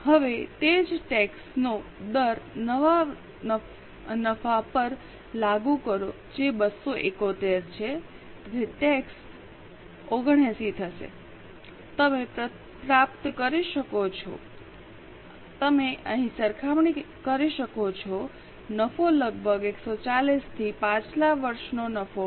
હવે તે જ ટેક્સનો દર નવા નફા પર લાગુ કરો જે 271 છે તેથી ટેક્સ 79 થશે તમે પ્રાપ્ત કરી શકો છો તમે અહીં સરખામણી કરી શકો છો નફો લગભગ 140 થી પાછલા વર્ષનો નફો હતો